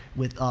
with,